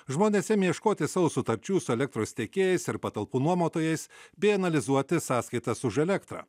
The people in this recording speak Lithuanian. žmonės ėmė ieškoti savo sutarčių su elektros tiekėjais ir patalpų nuomotojais bei analizuoti sąskaitas už elektrą